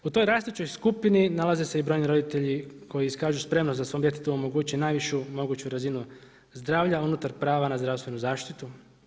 U toj rastućoj skupini nalaze se i brojni roditelji koji iskažu spremnost da svom djetetu omoguće najvišu moguću razinu zdravlja unutar prava na zdravstvenu zaštitu.